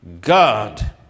God